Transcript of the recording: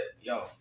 yo